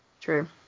true